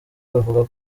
bavuga